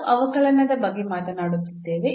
ನಾವು ಅವಕಲನದ ಬಗ್ಗೆ ಮಾತನಾಡುತ್ತಿದ್ದೇವೆ